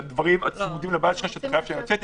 הדברים הצמודים לבית שלך שאתה חייב לצאת אליהם.